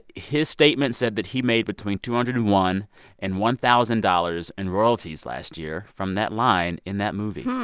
his statement said that he made between two hundred and one dollars and one thousand dollars in royalties last year from that line in that movie.